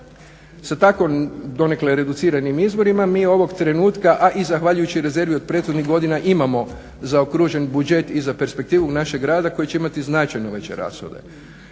Sa tako donekle reduciranim izborima mi ovog trenutka, a i zahvaljujući rezervi od prethodnih godina imamo zaokružen budžet i za perspektivu našeg rada koji će imati značajno veće rashode